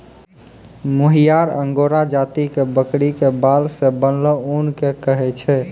मोहायिर angora जाति के बकरी के बाल सॅ बनलो ऊन कॅ कहै छै